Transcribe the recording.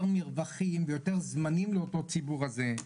מרווחים ויותר זמנים לאותו ציבור הזה,